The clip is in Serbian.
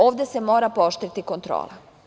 Ovde se mora pooštriti kontrola.